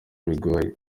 bigoye